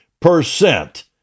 percent